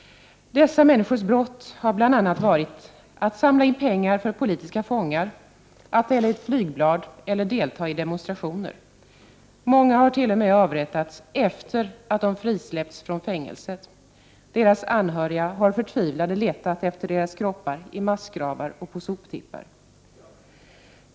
Dessa människors brott har bl.a. varit att samla in pengar för politiska fångar, att dela ut flygblad eller delta i demonstrationer. Många har t.o.m. avrättats efter att ha frisläppts från fängelset. Deras anhöriga har förtvivlade letat efter deras kroppar i massgravar och på soptippar.